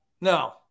No